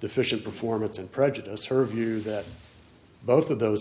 deficient performance and prejudiced her view that both of those